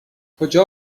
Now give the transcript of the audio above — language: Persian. کجا